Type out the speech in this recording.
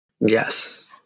Yes